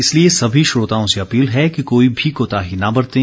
इसलिए सभी श्रोताओं से अपील है कि कोई भी कोताही न बरतें